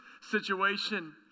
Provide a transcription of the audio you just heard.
situation